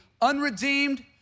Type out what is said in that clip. unredeemed